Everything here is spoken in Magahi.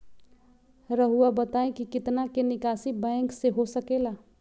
रहुआ बताइं कि कितना के निकासी बैंक से हो सके ला?